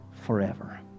forever